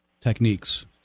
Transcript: techniques